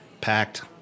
packed